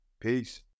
Peace